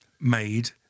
made